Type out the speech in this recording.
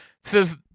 says